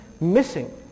missing